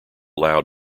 loud